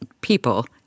people